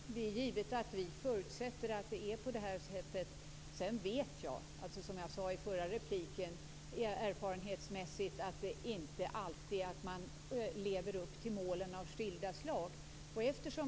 Herr talman! Det är givet att vi förutsätter att det är på det här sättet. Jag vet, som jag sade i den förra repliken, erfarenhetsmässigt att man inte alltid lever upp till mål av skilda slag.